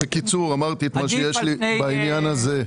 בקיצור, אמרתי את מה שיש לי בעניין הזה.